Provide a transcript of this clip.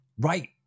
Right